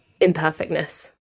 imperfectness